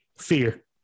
fear